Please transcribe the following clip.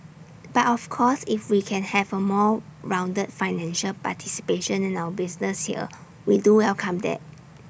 but of course if we can have A more rounded financial participation in our business here we do welcome that